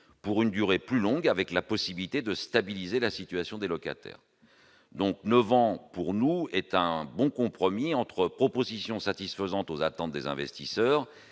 pour une durée plus longue, avec la possibilité de stabiliser la situation des locataires. Selon nous, neuf ans, c'est un bon compromis entre une proposition satisfaisant aux attentes des investisseurs